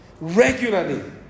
regularly